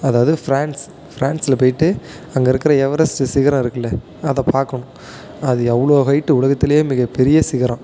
அதாவது ஃபிரான்ஸ் ஃபிரான்ஸில் போயிட்டு அங்கே இருக்கிற எவரெஸ்ட் சிகரம் இருக்குதுல்ல அதை பார்க்கணும் அது எவ்வளோ ஹயிட் உலகத்துலேயே மிக பெரிய சிகரம்